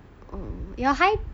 your height